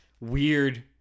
weird